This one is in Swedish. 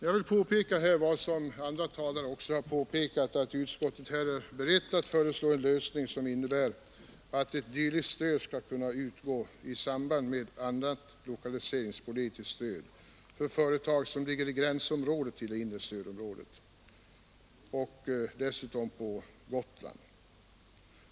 Jag vill framhålla vad andra talare också har påpekat, att utskottet är berett att föreslå en lösning som innebär att dylikt stöd skall kunna utgå i samband med annat lokaliseringsstöd till företag som ligger i gränsområdet till det inre stödområdet samt på Gotland.